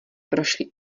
prošli